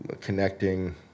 connecting